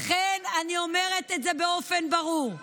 לכן אני אומרת באופן ברור: